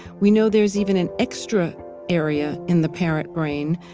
we know there's even an extra area in the parrot brain,